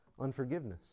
unforgiveness